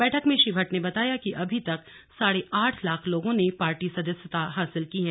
बैठक में श्री भट्ट ने बताया की अभी तक साढ़े आठ लाख लोगों ने पार्टी की सदस्यता हासिल की है